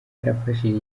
yarafashije